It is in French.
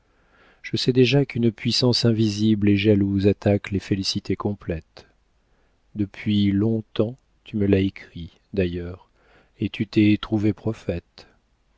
je sais déjà qu'une puissance invisible et jalouse attaque les félicités complètes depuis longtemps tu me l'as écrit d'ailleurs et tu t'es trouvée prophète